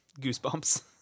goosebumps